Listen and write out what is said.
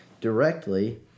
directly